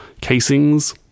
casings